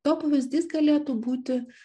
to pavyzdys galėtų būti